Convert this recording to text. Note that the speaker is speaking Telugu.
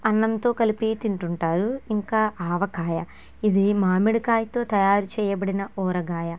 అన్నంతో కలిపి తింటుంటారు ఇంకా ఆవకాయ ఇది మామిడికాయతో తయారు చేయబడిన ఊరగాయ